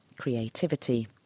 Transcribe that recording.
creativity